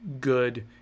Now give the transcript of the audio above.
good –